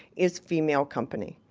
is female company.